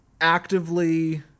actively